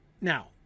Now